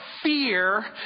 fear